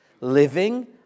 living